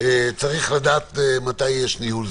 הייתי ככה מתעצבן אם היו מפריעים לך.